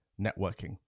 networking